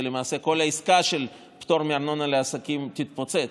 ולמעשה כל העסקה של פטור מארנונה לעסקים תתפוצץ,